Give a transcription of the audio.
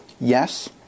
yes